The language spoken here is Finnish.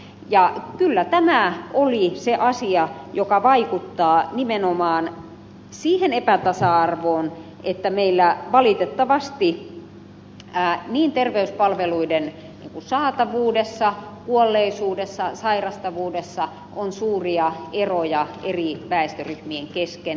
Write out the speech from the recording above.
kyllä tämä oli se asia joka vaikuttaa nimenomaan siihen epätasa arvoon että meillä valitettavasti terveyspalveluiden saatavuudessa kuolleisuudessa sairastavuudessa on suuria eroja eri väestöryhmien kesken